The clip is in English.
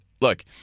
look